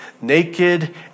naked